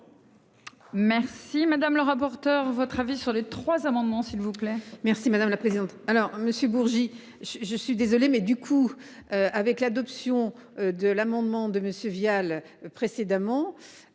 Merci madame le rapporteur, votre avis sur les trois amendements, s'il vous plaît. Merci madame la présidente. Alors Monsieur Bourgi, je, je suis désolé mais du coup. Avec l'adoption de l'amendement de monsieur Vial précédemment.